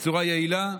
בצורה יעילה.